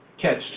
catch